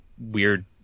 weird